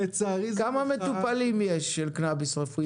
כמה מטופלים יש של קנביס רפואי?